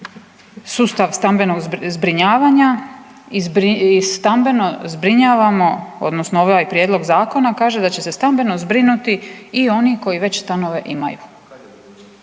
sustav stambenog zbrinjavanja i stambeno zbrinjavamo odnosno ovaj prijedlog zakona kaže da će se stambeno zbrinuti i oni koji već stanove imaju.